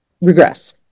regress